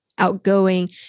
outgoing